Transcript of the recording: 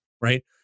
right